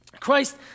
Christ